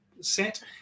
set